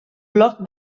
bloc